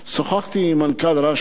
שוחחתי עם מנכ"ל רש"א,